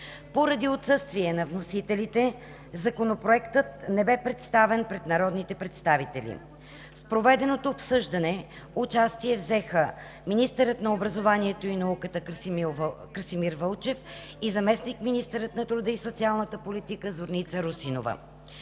Поради отсъствие на вносителите Законопроектът не бе представен пред народните представители. В проведеното обсъждане взеха участие министърът на образованието и науката Красимир Вълчев и заместник-министърът на труда и социалната политика Зорница Русинова.